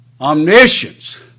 Omniscience